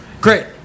great